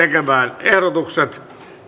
muutosehdotukset